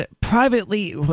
privately